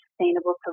sustainable